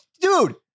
Dude